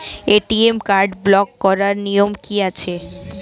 ATM card block করার নিয়ম কি আছে?